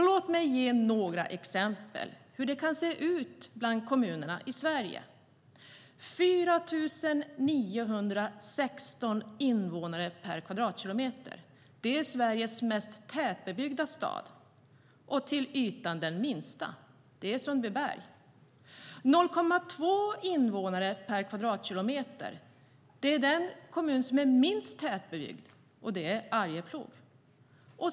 Låt mig ge några exempel på hur det kan se ut bland kommunerna i Sverige:4 916 invånare per kvadratkilometer - så är det i Sveriges mest tätbebyggda och till ytan minsta stad. Det är Sundbyberg. 0,2 invånare per kvadratkilometer - så är det i den kommun som är minst tätbebyggd, och det är Arjeplog.